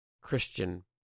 Christian